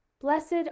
Blessed